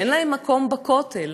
שאין להם מקום בכותל,